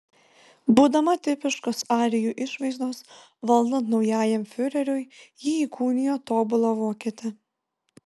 būdama tipiškos arijų išvaizdos valdant naujajam fiureriui ji įkūnijo tobulą vokietę